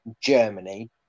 Germany